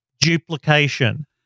duplication